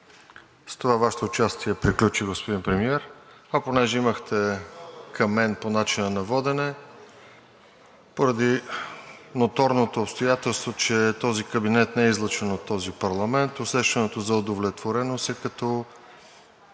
С това Вашето участие приключи, господин Премиер. Понеже имахте към мен по начина на водене. Поради ноторното обстоятелство, че този кабинет не е излъчен от този парламент, усещането за удовлетвореност е като